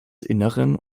innern